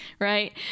right